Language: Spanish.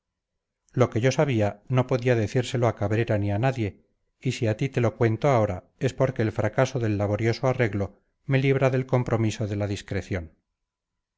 lo que yo sabía no podía decírselo a cabrera ni a nadie y si a ti te lo cuento ahora es porque el fracaso del laborioso arreglo me libra del compromiso de la discreción